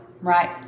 right